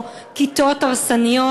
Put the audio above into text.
או כתות הרסניות,